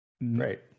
right